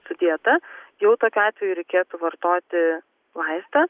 su dieta jau tokiu atveju reikėtų vartoti vaistą